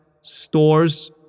stores